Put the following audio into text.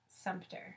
Sumpter